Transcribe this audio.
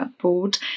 board